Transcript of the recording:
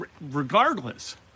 regardless